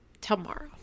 tomorrow